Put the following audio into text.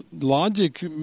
Logic